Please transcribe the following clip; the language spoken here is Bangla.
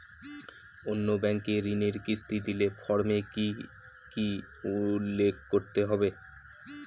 অন্য ব্যাঙ্কে ঋণের কিস্তি দিলে ফর্মে কি কী উল্লেখ করতে হবে?